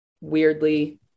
weirdly